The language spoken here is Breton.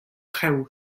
traoù